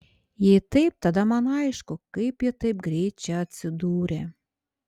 jei taip tada man aišku kaip ji taip greit čia atsidūrė